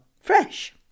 Fresh